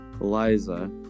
Eliza